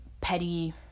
petty